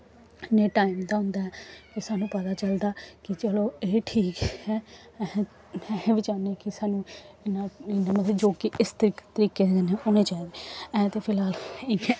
इ'यां टाईम दा होंदा ऐ एह् सानूं पता चलदा कि चलो एह् ठीक ऐ अस असें बी चाह्न्ने आं कि सानूं इ'यां इ'यां मतलब योगे इस तरीके दे होने चाहिदे अज़ें ते फिलहाल इ'यां